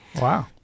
wow